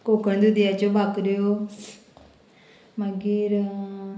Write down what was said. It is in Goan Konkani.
कोकण दुदयाच्यो भाकऱ्यो मागीर